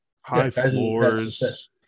high-floors